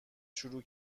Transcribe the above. شروع